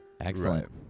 Excellent